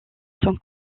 son